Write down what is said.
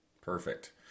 Perfect